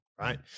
right